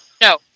No